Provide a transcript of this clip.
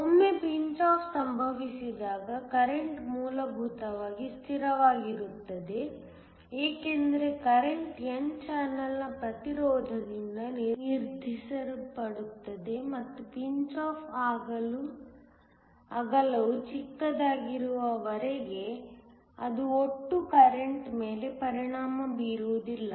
ಒಮ್ಮೆ pinch off ಸಂಭವಿಸಿದಾಗ current ಮೂಲಭೂತವಾಗಿ ಸ್ಥಿರವಾಗಿರುತ್ತದೆ ಏಕೆಂದರೆ ಕರೆಂಟ್ n ಚಾನೆಲ್ನ ಪ್ರತಿರೋಧದಿಂದ ನಿರ್ಧರಿಸಲ್ಪಡುತ್ತದೆ ಮತ್ತು ಪಿಂಚ್ ಆಫ್ ಅಗಲವು ಚಿಕ್ಕದಾಗಿರುವವರೆಗೆ ಅದು ಒಟ್ಟು ಕರೆಂಟ್ ಮೇಲೆ ಪರಿಣಾಮ ಬೀರುವುದಿಲ್ಲ